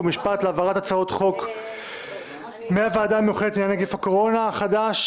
להארכת תוקפן של תקנות שעת חירום (נגיף הקורונה החדש)